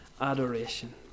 adoration